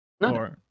No